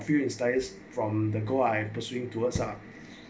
few days from the go I'm pursuing towards lah